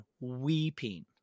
weeping